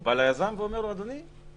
הוא בא ליזם ואומר לו: אדוני,